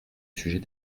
sujet